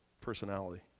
personality